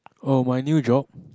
oh my new job